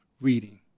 reading